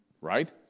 right